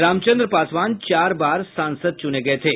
रामचंद्र पासवान चार बार सांसद चुने गये